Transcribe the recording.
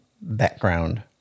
background